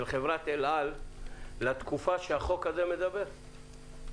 חברת אל על לתקופה שהחוק הזה מדבר עלייה?